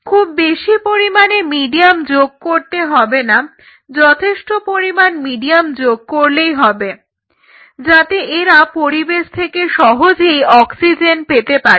খুব বেশি পরিমাণে মিডিয়াম যোগ করতে হবে না যথেষ্ট পরিমাণ মিডিয়াম যোগ করলেই হবে যাতে এরা পরিবেশ থেকে সহজেই অক্সিজেন পেতে পারে